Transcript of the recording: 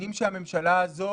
ומביאים שהממשלה הזאת